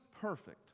perfect